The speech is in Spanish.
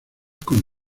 con